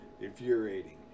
Infuriating